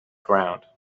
ground